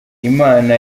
imana